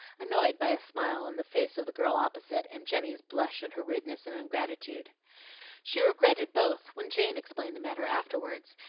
annoyed by a smile on the face of the girl opposite, and jenny's blush at her rudeness and ingratitude. she regretted both when jane explained the matter afterward,